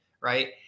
right